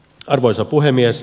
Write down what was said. arvoisa puhemies